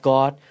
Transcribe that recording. God